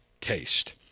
taste